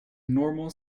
normal